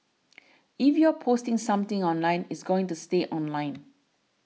if you're posting something online it's going to stay online